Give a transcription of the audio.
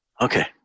Okay